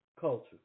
culture